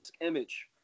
image